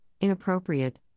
inappropriate